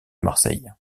marseille